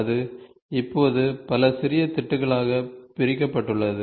அது இப்போது பல சிறிய திட்டுகளாக பிரிக்கப்பட்டுள்ளது